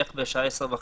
בערך בשעה 22:30,